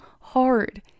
hard